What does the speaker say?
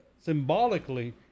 symbolically